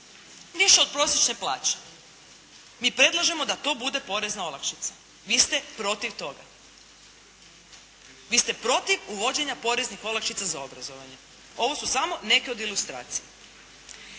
više od prosječne plaće. Mi predlažemo da to bude porezna olakšica. Vi ste protiv toga. Vi ste protiv uvođenja poreznih olakšica za obrazovanje. Ovo su samo neke od ilustracija.